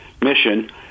mission